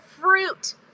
fruit